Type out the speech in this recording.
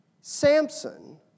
Samson